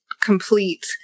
complete